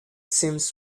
seems